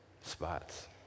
spots